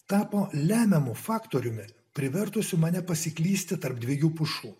tapo lemiamu faktoriumi privertusiu mane pasiklysti tarp dviejų pušų